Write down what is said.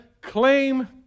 claim